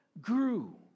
grew